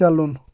چلُن